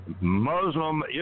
Muslim